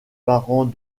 parents